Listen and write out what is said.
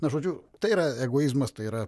na žodžiu tai yra egoizmas tai yra